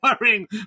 worrying